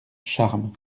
charmes